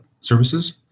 Services